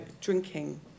drinking